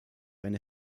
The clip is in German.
eine